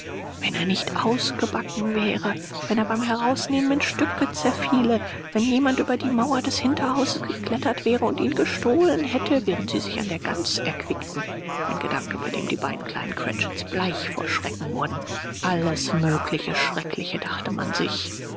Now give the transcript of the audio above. wenn er nicht ausgebacken wäre wenn er beim herausnehmen in stücke zerfiele wenn jemand über die mauer des hinterhauses geklettert wäre und ihn gestohlen hätte während sie sich an der gans erquickten ein gedanke bei dem die beiden kleinen cratchits bleich vor schrecken wurden alles mögliche schreckliche dachte man sich